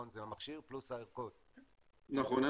נכון?